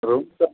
room service